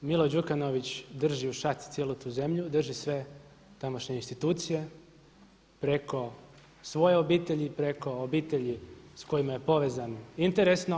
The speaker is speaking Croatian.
Milo Đukanović drži u šaci cijelu tu zemlju, drži sve tamošnje institucije preko svoje obitelji, preko obitelji sa kojima je povezan interesno.